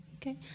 Okay